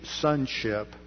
sonship